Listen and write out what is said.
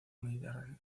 mediterráneo